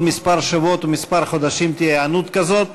שבועות מספר וחודשים מספר תהיה היענות כזאת